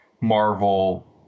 Marvel